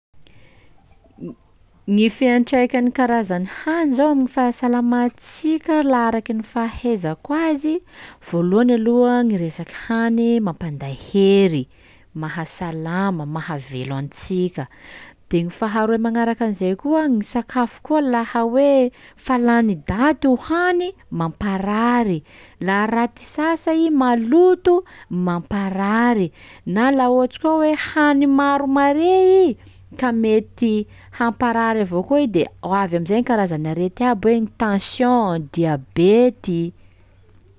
Ny fiantraikan'ny karazan'ny hany zao amin'ny fahasalamantsika laha araky ny fahaizako azy: voalohany aloha gny resaky hany mampanday hery, mahasalama, mahavelo antsika, de gny faharoe magnaraka an'izay koa gn' sakafo koa laha hoe fa lany daty hohany, mamparary; laha raty sasa i maloto, mamparary; na laha ohatsy koa hoe hany maro mare i ka mety hamparary avao koa i de ho avy am'izay ny karazan'arety aby hoe ny tension, diabety.